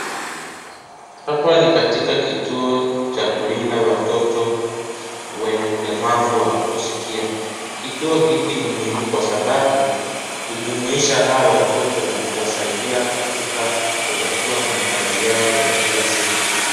Hapa ni katika kituo cha kulinda watoto wenye ulemavu wa kutosikia. Kituo hiki ni muhimu kwa sababu, hujumuisha hawa watoto na kuwasaidia katika kutatua mahitaji yao ya kila siku.